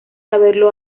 saberlo